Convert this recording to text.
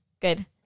good